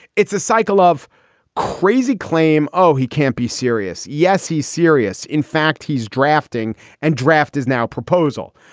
it's a cycle of crazy claim. oh, he can't be serious. yes, he's serious. in fact, he's drafting and draft is now proposal.